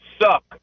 suck